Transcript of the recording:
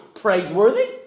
praiseworthy